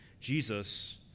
Jesus